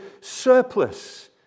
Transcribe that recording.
surplus